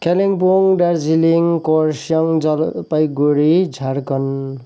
Kalimpong Darjeeling Kurseong Jalpaiguri Jharkhand